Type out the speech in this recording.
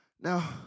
Now